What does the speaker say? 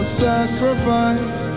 sacrifice